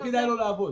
זה לא מקרה פרטי.